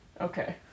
Okay